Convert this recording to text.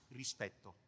rispetto